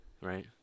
right